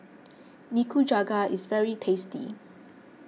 Nikujaga is very tasty